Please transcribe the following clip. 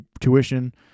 tuition